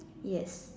yes